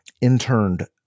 interned